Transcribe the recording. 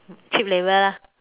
cheap labour lah